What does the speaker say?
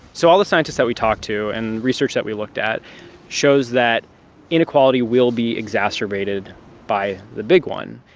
so all the scientists that we talked to and research that we looked at shows that inequality will be exacerbated by the big one.